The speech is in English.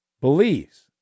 believes